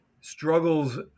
struggles